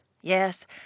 Yes